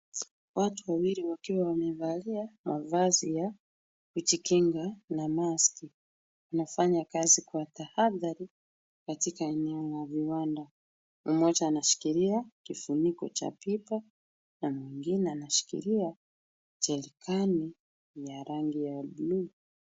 Watu wawili wakiwa wamevalia mavazi ya kujikinga na maski , wanafanya kazi kwa tahadhari katika eneo la viwanda mmoja anashikilia kifuniko cha pipa na mwingine anashikilia jerikani ya rangi ya buluu.